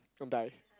go and die